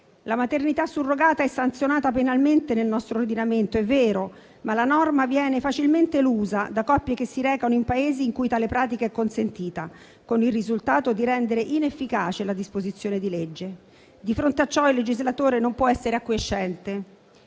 La maternità surrogata è sanzionata penalmente nel nostro ordinamento, è vero, ma la norma viene facilmente elusa da coppie che si recano in Paesi in cui tale pratica è consentita, con il risultato di rendere inefficace la disposizione di legge. Di fronte a ciò il legislatore non può essere acquiescente